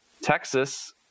Texas